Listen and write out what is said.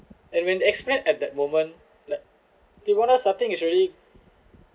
and when they explain at that moment like they want us starting is already